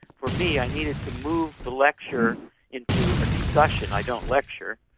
for me i needed to move the lecture into a discussion. i don't lecture.